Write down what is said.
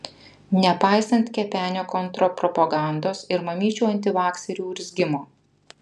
nepaisant kepenio kontrpropagandos ir mamyčių antivakserių urzgimo